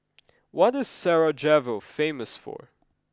what is Sarajevo famous for